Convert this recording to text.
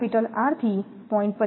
5 R થી 0